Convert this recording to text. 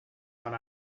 one